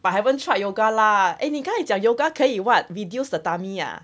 but haven't tried yoga lah 你刚才讲 yoga 可以 what reduce the tummy ah